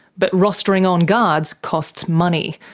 but rostering on guards costs money,